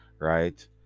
right